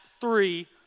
three